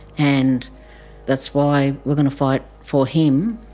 and that's why we're going to fight for him,